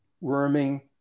worming